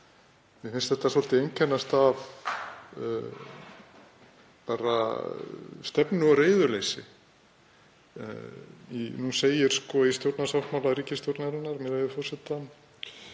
mér finnst þetta svolítið einkennast af stefnu- og reiðileysi. Nú segir í stjórnarsáttmála ríkisstjórnarinnar, með leyfi forseta: